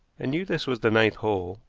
and knew this was the ninth hole,